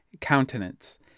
countenance